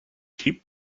cheap